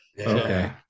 Okay